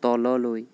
তললৈ